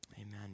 Amen